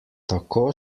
tako